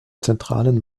zentralen